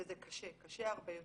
וזה קשה הרבה יותר.